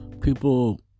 People